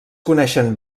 coneixen